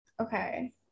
okay